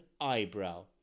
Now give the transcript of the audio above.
eyebrow